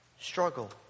struggle